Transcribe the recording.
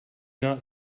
not